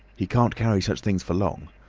he can't carry such things for long.